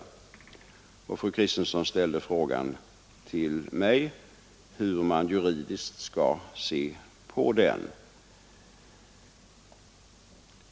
Hur skall man juridiskt se på den situationen? frågade fru Kristensson.